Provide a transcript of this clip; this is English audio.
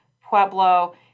Pueblo